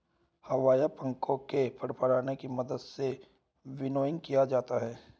हवा या पंखों के फड़फड़ाने की मदद से विनोइंग किया जाता है